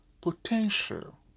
potential